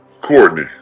Courtney